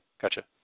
gotcha